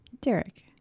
Derek